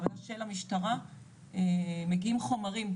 למעבדה של המשטרה מגיעים חומרים,